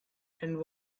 and